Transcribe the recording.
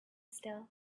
still